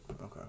Okay